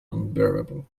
unbearable